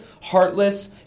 heartless